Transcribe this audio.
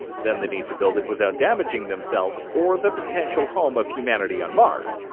then they need to build it without damaging themselves or the potential home of humanity on mars.